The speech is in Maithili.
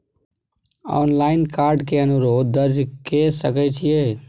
ऑनलाइन कार्ड के अनुरोध दर्ज के सकै छियै?